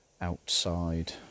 outside